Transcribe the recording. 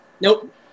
Nope